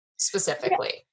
specifically